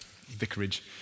vicarage